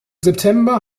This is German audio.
september